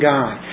God